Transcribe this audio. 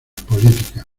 políticas